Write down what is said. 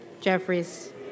Jeffries